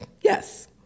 Yes